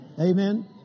Amen